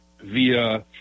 via